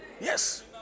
Yes